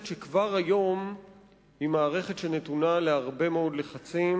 שכבר היום היא מערכת שנתונה להרבה מאוד לחצים.